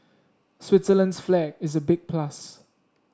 Switzerland's flag is a big plus